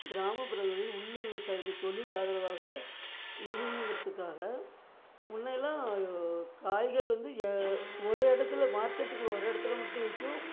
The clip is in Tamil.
கிராமப்புறங்களில் உள்ளுர் விவசாயத்துக்கு தொழில் ஆதரவாக நிறுவனுங்கிறதுக்காக முன்னையெல்லாம் காய்கள் வந்து ஏ ஒரே இடத்தில் மார்கெட்டுக்குள்ளே ஒரே இடத்தில் விற்கிம்